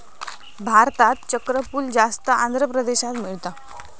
भारतात चक्रफूल जास्त आंध्र प्रदेशात मिळता